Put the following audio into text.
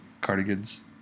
cardigans